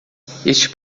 este